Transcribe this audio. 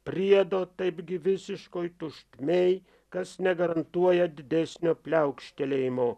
priedo taipgi visiškoj tuštmėj kas negarantuoja didesnio pliaukštelėjimo